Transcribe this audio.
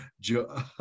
Joe